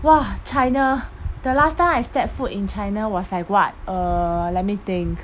!wah! china the last time I step foot in china was like what err let me think